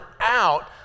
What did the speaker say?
out